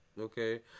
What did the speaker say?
Okay